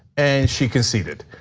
and she conceded.